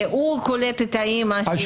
והוא קולט את האמא.